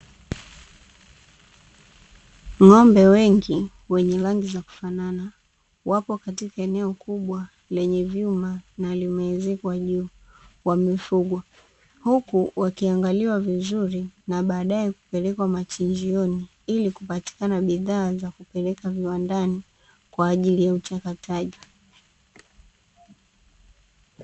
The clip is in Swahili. Ng’ombe wengi wenye rangi za kufanana wapo katika eneo kubwa lenye vyuma na lime ezekwa juu wamefugwa, huku wakiangaliwa vizuri na baadae kupelekwa machinjioni, ili kupatikana bidhaa za kupeleka viwandani kwa ajili ya uchakataji.